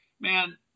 Man